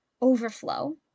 overflow